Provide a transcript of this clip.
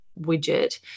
widget